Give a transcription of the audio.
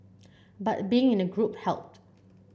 but being in a group helped